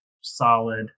solid